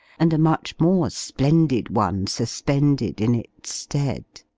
and a much more splendid one suspended in its stead.